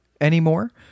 anymore